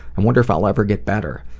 and wonder if i'll ever get better.